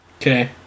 Okay